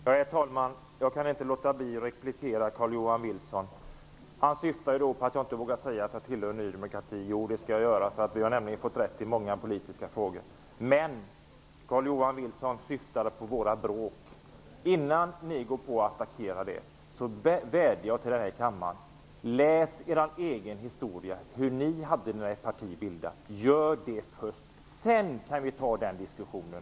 Herr talman! Jag kan inte låta bli att replikera Carl Carl-Johan Wilson syftar på att jag inte vågar säga att jag tillhör Ny demokrati, men det vågar jag. Vi har nämligen fått rätt i många politiska frågor. Carl Johan Wilson syftade på våra bråk. Innan ni går på och attackerar dem, vädjar till er att läsa er egen historia, om hur ni hade det när era partier bildades. Gör det först -- sedan kan vi ta den diskussionen.